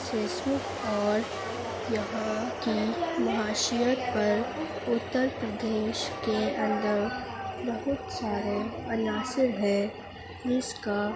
face بک اور یہاں کی معاشیت پر اتر پردیش کے اندر بہت سارے عناصر ہیں اس کا